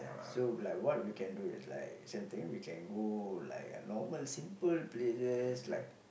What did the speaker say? so be like what we can do is like same thing we can go like a normal simple places like